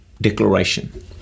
declaration